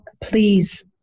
please